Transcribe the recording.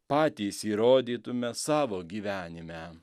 patys įrodytume savo gyvenime